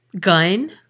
gun